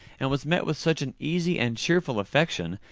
and was met with such an easy and cheerful affection,